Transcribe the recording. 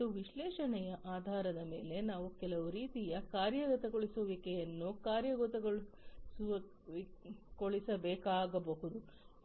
ಮತ್ತು ವಿಶ್ಲೇಷಣೆಯ ಆಧಾರದ ಮೇಲೆ ನಾವು ಕೆಲವು ರೀತಿಯ ಕಾರ್ಯಗತಗೊಳಿಸುವಿಕೆಯನ್ನು ಕಾರ್ಯಗತಗೊಳಿಸಬೇಕಾಗಬಹುದು